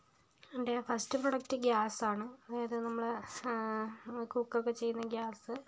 എൻ്റെ first product ഗ്യാസാണ് അതായത് നമ്മള് കുക്ക് ഒക്കെ ചെയ്യുന്ന ഗ്യാസ്